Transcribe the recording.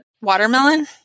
Watermelon